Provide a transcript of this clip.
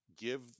give